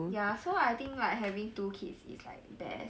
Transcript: ya so I think like having two kids is like best